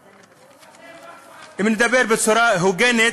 אבל אם נדבר בצורה הוגנת,